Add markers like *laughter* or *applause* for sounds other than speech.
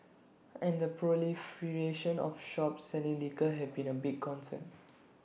*noise* and the proliferation of shops selling liquor have been A big concern